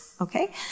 Okay